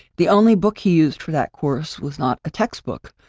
the only book he used for that course was not a textbook,